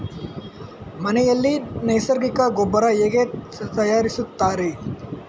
ಮನೆಯಲ್ಲಿ ನೈಸರ್ಗಿಕ ಗೊಬ್ಬರ ಹೇಗೆ ತಯಾರಿಸುತ್ತಾರೆ?